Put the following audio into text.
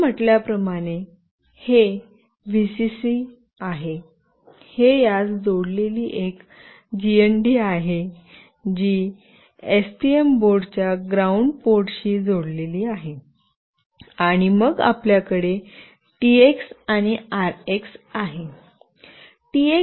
मी म्हटल्या प्रमाणे हे व्हीसीसी आहे जे यास जोडलेली ही जीएनडी आहे जी एसटीएम बोर्ड च्या ग्राऊंड पोर्टशी जोडलेली आहे आणि मग आपल्याकडे टीएक्स आणि आरएक्स आहे